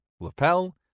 lapel